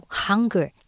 hunger